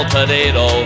Potato